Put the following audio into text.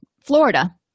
Florida